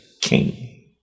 king